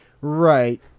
Right